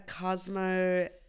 cosmo